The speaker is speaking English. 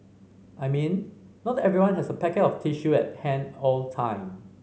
I mean not everyone has a packet of tissue at hand all the time